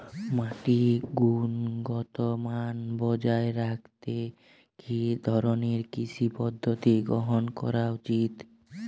মাটির গুনগতমান বজায় রাখতে কি ধরনের কৃষি পদ্ধতি গ্রহন করা উচিৎ?